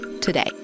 today